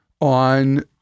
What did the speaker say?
on